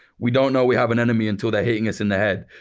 we don't know we have an enemy until they're hitting us in the head.